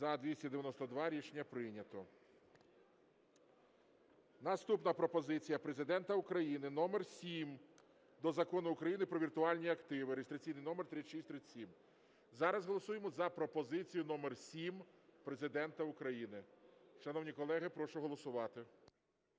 За-292 Рішення прийнято. Наступна пропозиція Президента України номер 7 до Закону України "Про віртуальні активи" (реєстраційний номер 3637). Зараз голосуємо за пропозицію номер 7 Президента України. Шановні колеги, прошу голосувати.